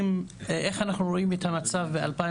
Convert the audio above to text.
אם אנחנו באמת רוצים לטפל בנושא הזה בצורה